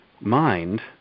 mind